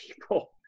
people